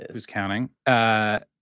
who's counting? ah